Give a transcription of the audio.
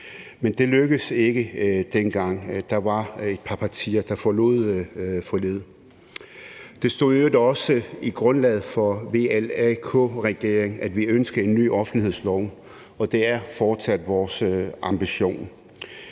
men det lykkedes ikke dengang. Der var et par partier, der forlod forliget. Der stod i øvrigt også i grundlaget for VLAK-regeringen, at vi ønskede en ny offentlighedslov, og det er fortsat vores ambition.